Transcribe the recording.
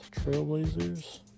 Trailblazers